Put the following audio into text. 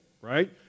right